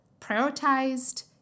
prioritized